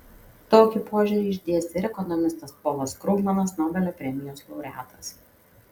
tokį požiūrį išdėstė ir ekonomistas polas krugmanas nobelio premijos laureatas